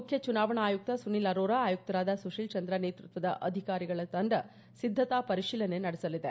ಮುಖ್ಯ ಚುನಾವಣೆ ಆಯುಕ್ತ ಸುನಿಲ್ ಅರೋರಾ ಆಯುಕ್ತರಾದ ಸುತೀಲ್ ಚಂದ್ರ ನೇತೃತ್ವದ ಅಧಿಕಾರಿಗಳ ತಂಡ ಸಿದ್ದತಾ ಪರಿಶೀಲನೆ ನಡೆಸಲಿದೆ